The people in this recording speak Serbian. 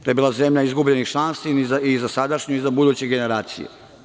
To je bila zemlja izgubljenih šansi i za sadašnje i za buduće generacije.